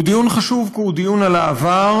הוא דיון חשוב כי הוא דיון על העבר,